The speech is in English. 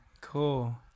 cool